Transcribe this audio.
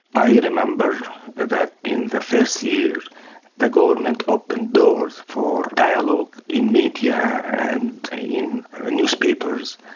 i remember that in the first year the government opened doors for dialogue in media and in newspapers,